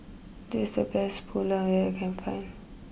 this is the best Pulao that I can find